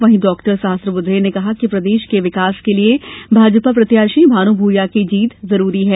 वहीं doctor Sahasrabuddhe ने कहा कि प्रदेश के विकास के लिये भाजपा प्रत्याशी भानू भूरिया की जीत जरूरी है